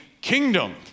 kingdom